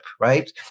right